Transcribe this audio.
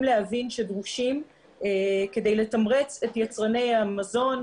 להבין שדרושים כדי לתמרץ את יצרני המזון,